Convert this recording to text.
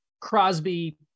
Crosby